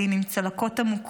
עם צלקות עמוקות,